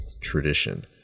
tradition